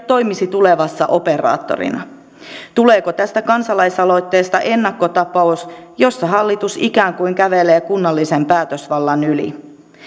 toimisi tulevana operaattorina tuleeko tästä kansalaisaloitteesta ennakkotapaus jossa hallitus ikään kuin kävelee kunnallisen päätösvallan yli